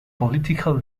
political